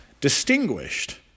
distinguished